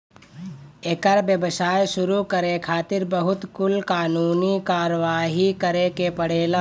एकर व्यवसाय शुरू करे खातिर बहुत कुल कानूनी कारवाही करे के पड़ेला